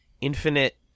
Infinite